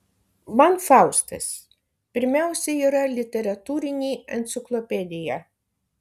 man faustas pirmiausia yra literatūrinė enciklopedija